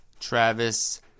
Travis